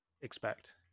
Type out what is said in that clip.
expect